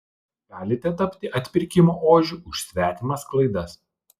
galite tapti atpirkimo ožiu už svetimas klaidas